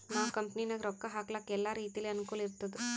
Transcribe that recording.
ನಾವ್ ಕಂಪನಿನಾಗ್ ರೊಕ್ಕಾ ಹಾಕ್ಲಕ್ ಎಲ್ಲಾ ರೀತಿಲೆ ಅನುಕೂಲ್ ಇರ್ತುದ್